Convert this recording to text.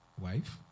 wife